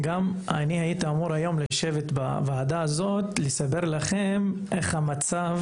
היום הייתי אמור לשבת בוועדה הזאת ולספר לכם איך המצב